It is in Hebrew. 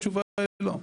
התשובה היא לא.